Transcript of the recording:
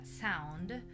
sound